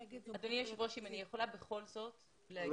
אדוני היושב ראש, אם אני יכולה בכל זאת לומר.